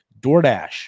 DoorDash